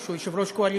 הוא יושב-ראש הקואליציה.